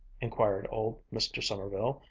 inquired old mr. sommerville,